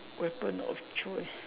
weapon of choice